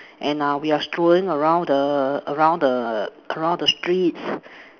and uh we're strolling around the around the around the streets